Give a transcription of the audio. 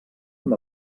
amb